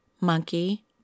monkey